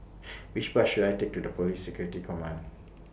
Which Bus should I Take to Police Security Command